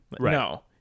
no